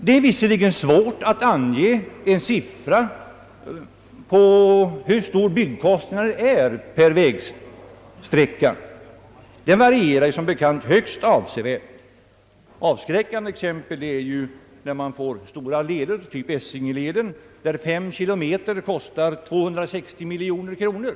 Det är visserligen svårt att ange en siffra på hur stor byggkostnaden är per vägsträcka — den varierar som bekant högst avsevärt. Det finns avskräckande exempel på en del stora vägleder av typ Essingeleden, där fem kilometer kostat 260 miljoner kronor.